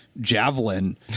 javelin